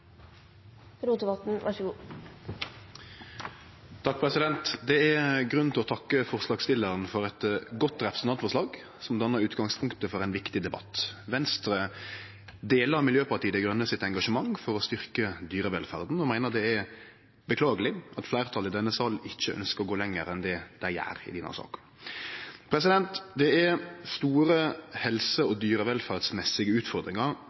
grunn til å takke forslagsstillaren for eit godt representantforslag, som dannar utgangspunktet for ein viktig debatt. Venstre deler Miljøpartiet Dei Grøne sitt engasjement for å styrkje dyrevelferda og meiner det er beklageleg at fleirtalet i denne salen ikkje ønskjer å gå lenger enn det dei gjer i denne saka. Det er store helse- og dyrevelferdsmessige utfordringar